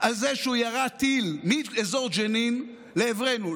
על זה שהוא ירה טיל מאזור ג'נין לעברנו.